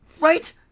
Right